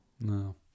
no